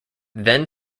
then